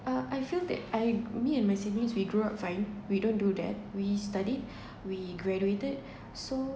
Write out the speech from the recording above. uh I feel that I me and my siblings we grew up fine we don't do that we studied we graduated so